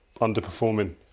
underperforming